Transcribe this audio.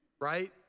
Right